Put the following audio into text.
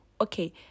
okay